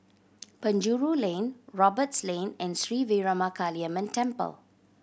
Penjuru Lane Roberts Lane and Sri Veeramakaliamman Temple